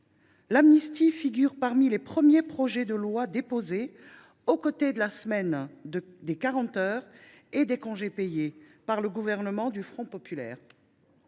l’amnistie figure parmi les premiers projets de loi déposés, aux côtés de la semaine des 40 heures et des congés payés, par le Gouvernement du Front populaire.